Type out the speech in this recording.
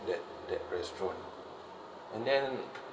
that that restaurant and then